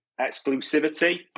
exclusivity